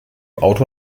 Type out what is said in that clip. auto